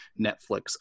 Netflix